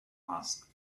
asked